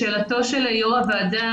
לשאלתו של יושב ראש הוועדה,